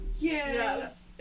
Yes